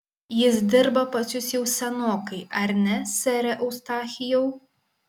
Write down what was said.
jis dirba pas jus jau senokai ar ne sere eustachijau